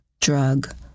Drug